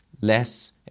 less